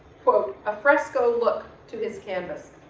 quote a fresco look to his canvas.